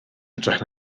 hytrach